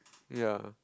ya